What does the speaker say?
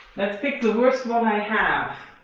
let's pick the worst one i have.